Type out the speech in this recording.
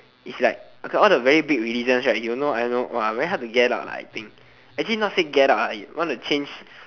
it's like okay all the very big religions right you know I know !wah! very hard to get out ah I think actually not say get out ah want to change